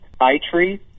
iTree